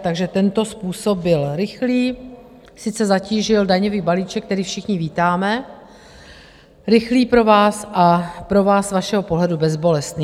Takže tento způsob byl rychlý sice zatížil daňový balíček, který všichni vítáme rychlý pro vás a pro vás z vašeho pohledu bezbolestný.